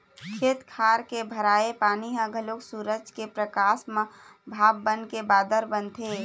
खेत खार के भराए पानी ह घलोक सूरज के परकास म भाप बनके बादर बनथे